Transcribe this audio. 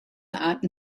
arten